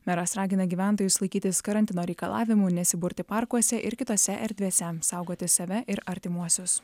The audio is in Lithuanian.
meras ragina gyventojus laikytis karantino reikalavimų nesiburti parkuose ir kitose erdvėse saugoti save ir artimuosius